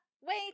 Wait